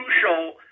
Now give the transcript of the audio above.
crucial